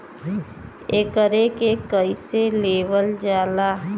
एकरके कईसे लेवल जाला?